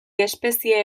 espezie